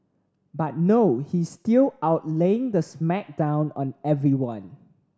but no he is still out laying the smack down on everyone